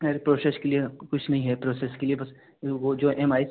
अरे प्रोशेश के लिए कुछ नहीं है प्रोसेस के लिए बस वो जो ई एम आई